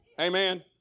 Amen